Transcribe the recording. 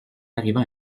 arrivant